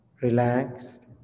relaxed